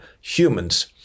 humans